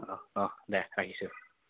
অঁ অঁ দে ৰাখিছোঁ